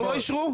ווליד לא אישרו?